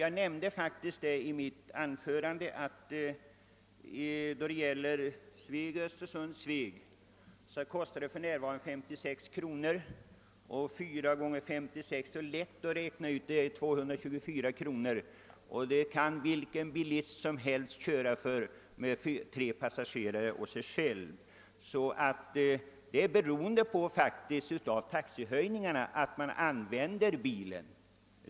Jag nämnde i mitt anförande att en resa tur och retur Östersund-—Sveg för närvarande kostar 56 kronor. 4 gånger 56 kronor blir 224 kronor. Den resan blir faktiskt billigare om man åker bil och har tre passagerare. Det beror alltså på taxehöjningarna att folk använder bilen.